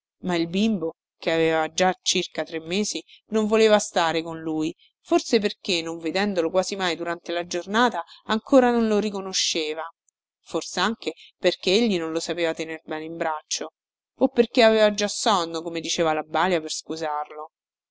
ma il bimbo che aveva già circa tre mesi non voleva stare con lui forse perché non vedendolo quasi mai durante la giornata ancora non lo riconosceva forsanche perché egli non lo sapeva tener bene in braccio o perché aveva già sonno come diceva la balia per scusarlo